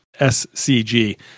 SCG